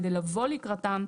כדי לבוא לקראתם,